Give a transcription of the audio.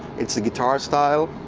it's a guitar style,